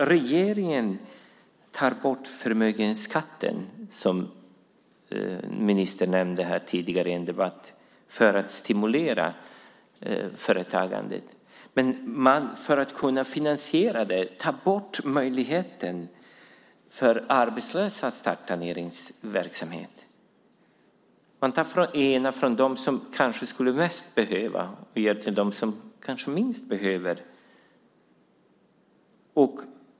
Regeringen tar bort förmögenhetsskatten, som ministern nämnde tidigare i en debatt, för att stimulera företagandet. Men för att kunna finansiera detta tar man bort möjligheten för arbetslösa att starta näringsverksamhet. Man tar från dem som kanske bäst behöver och ger till dem som kanske minst behöver.